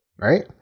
Right